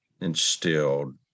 instilled